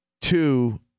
Two